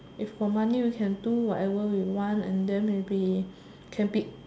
if got money we can do whatever we want and then maybe can beat